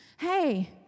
Hey